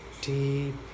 deep